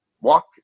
Walk